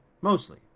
Mostly